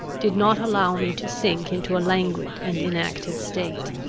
did not allow me to sink into a languid and inactive state.